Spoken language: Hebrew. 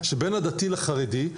שבין הדתי לחרדי.